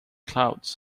clouds